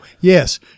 yes